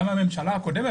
גם הממשלה הקודמת,